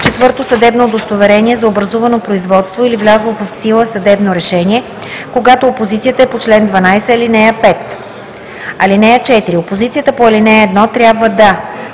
4. съдебно удостоверение за образувано производство или влязло в сила съдебно решение, когато опозицията е по чл. 12, ал. 5. (4) Опозицията по ал. 1 трябва да: